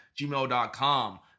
gmail.com